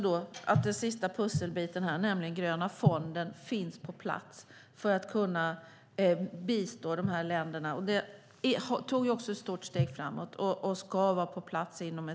Den sista pusselbiten, nämligen gröna fonden, ska inom ett år finnas på plats för att kunna bistå länderna. Där tog vi också ett stort steg framåt.